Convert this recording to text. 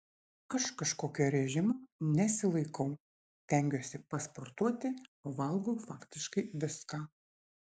aš kažkokio režimo nesilaikau stengiuosi pasportuoti o valgau faktiškai viską